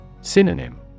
Synonym